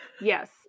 Yes